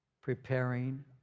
preparing